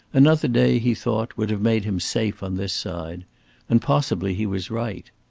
another day, he thought, would have made him safe on this side and possibly he was right.